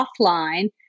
offline